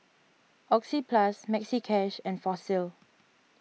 Oxyplus Maxi Cash and Fossil